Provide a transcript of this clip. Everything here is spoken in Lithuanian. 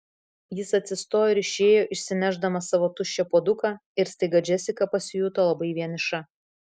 jis atsistojo ir išėjo išsinešdamas savo tuščią puoduką ir staiga džesika pasijuto labai vieniša